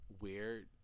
weird